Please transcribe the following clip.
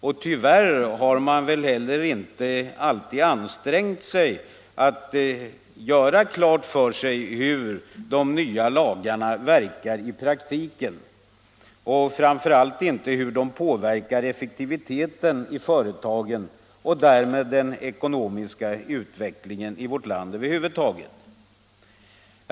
Tyvärr har man väl heller inte alltid ansträngt sig att sätta sig in i hur de nya lagarna verkar i praktiken och framför allt inte i hur de påverkar effektiviteten i företagen — och därmed den ekonomiska utvecklingen i vårt land över huvud taget.